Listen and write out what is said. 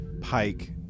Pike